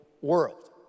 world